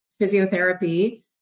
physiotherapy